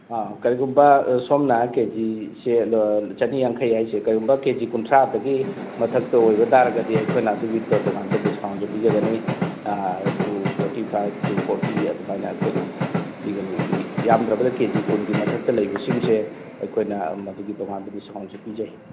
ꯑꯥ ꯀꯔꯤꯒꯨꯝꯕ ꯁꯣꯝꯅ ꯍꯥꯏꯔꯤꯕ ꯀꯦꯖꯤꯁꯦ ꯆꯅꯤ ꯌꯥꯡꯈꯩ ꯍꯥꯏꯁꯦ ꯀꯔꯤꯒꯨꯝꯕ ꯀꯦꯖꯤ ꯀꯨꯟꯊ꯭ꯔꯥꯗꯒꯤ ꯃꯊꯛꯇ ꯑꯣꯏꯕ ꯇꯥꯔꯒꯗꯤ ꯑꯩꯈꯣꯏꯅ ꯑꯗꯨꯒꯤ ꯇꯣꯉꯥꯟꯕ ꯗꯤꯁꯀꯥꯎꯟꯁꯨ ꯄꯤꯖꯒꯅꯤ ꯇꯨ ꯐꯣꯔꯇꯤ ꯐꯥꯏꯕ ꯇꯨ ꯐꯣꯔꯇꯤ ꯑꯗꯨꯃꯥꯏꯅ ꯑꯩꯈꯣꯏꯅ ꯄꯤꯒꯅꯤ ꯌꯥꯝꯗ꯭ꯔꯕꯗ ꯀꯦꯖꯤ ꯀꯨꯟꯒꯤ ꯃꯊꯛꯇ ꯂꯩꯕꯁꯤꯡꯁꯦ ꯑꯩꯈꯣꯏꯅ ꯃꯗꯨꯒꯤ ꯇꯣꯉꯥꯟꯕ ꯗꯤꯁꯀꯥꯎꯟꯁꯨ ꯄꯤꯖꯩ